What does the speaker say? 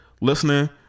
listening